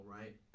right